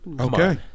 Okay